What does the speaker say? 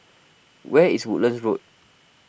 where is Woodlands Road